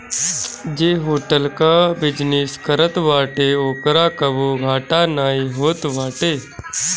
जे होटल कअ बिजनेस करत बाटे ओकरा कबो घाटा नाइ होत बाटे